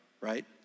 right